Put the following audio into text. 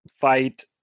fight